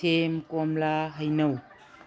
ꯁꯦꯝ ꯀꯣꯝꯂꯥ ꯍꯩꯅꯧ